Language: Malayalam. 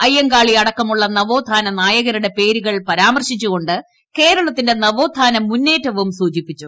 അയ്യങ്കാളി അടക്കമുള്ള നവോത്ഥാന നായകരുടെ പേരുകൾ പരാമർശിച്ചുകൊണ്ട് കേരളത്തിന്റെ നവോത്ഥാന മുന്നേറ്റവും സൂചിപ്പിച്ചു